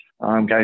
guys